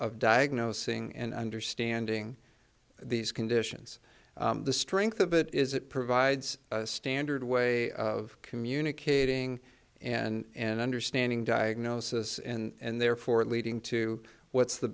diagnosing and understanding these conditions the strength of it is it provides a standard way of communicating and understanding diagnosis and therefore it leading to what's the